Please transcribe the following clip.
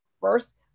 first